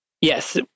Yes